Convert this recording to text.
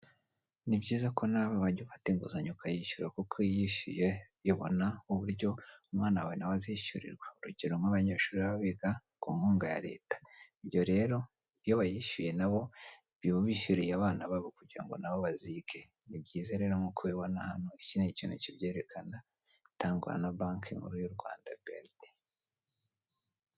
Ni byiza ko nawe wajya ufata inguzanyo ukayishyura kuko iyo uyishyuye ubona uburyo umwana wawe nawe azishyurirwa, urugero nk'abanyeshuri baba biga ku nkunga ya leta rero iyo bayishyuye nabo baba bishyuriye abana babo kugira ngo nabo bazige, ni byiza rero nk' bibona hano iki ni ikintu kibyerekana itangwa na banki nkuru y'u Rwanda brd.